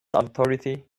authority